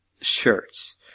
shirts